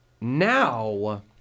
Now